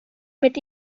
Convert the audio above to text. mit